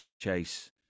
Chase